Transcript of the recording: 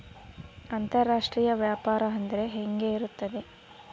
ಅಂತರಾಷ್ಟ್ರೇಯ ವ್ಯಾಪಾರ ಅಂದರೆ ಹೆಂಗೆ ಇರುತ್ತದೆ?